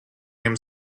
him